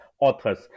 authors